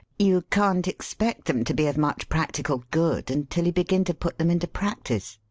you can't expect them to be of much practical good until you begin to put them into practice.